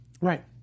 right